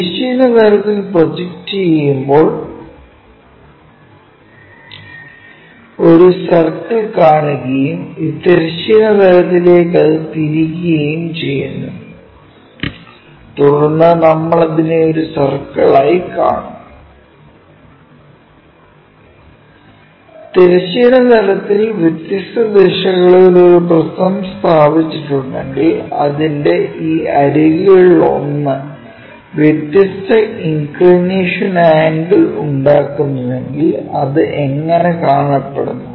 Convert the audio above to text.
തിരശ്ചീന തലത്തിൽ പ്രൊജക്റ്റ് ചെയുമ്പോൾ ഒരു ഒരു സർക്കിൾ കാണുകയും ഈ തിരശ്ചീന തലത്തിലേക്ക് അത് തിരിക്കുകയും ചെയ്യുന്നു തുടർന്ന് നമ്മൾ അതിനെ ഒരു സർക്കിളായി കാണും തിരശ്ചീന തലത്തിൽ വ്യത്യസ്ത ദിശകളിൽ ഒരു പ്രിസം സ്ഥാപിച്ചിട്ടുണ്ടെങ്കിൽ അതിന്റെ ഈ അരികുകളിലൊന്ന് വ്യത്യസ്ത ഇൻക്ക്ളിനേഷൻ ആംഗിൾ ഉണ്ടാക്കുന്നുവെങ്കിൽ അത് എങ്ങനെ കാണപ്പെടുന്നു